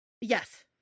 Yes